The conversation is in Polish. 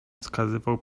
wskazywał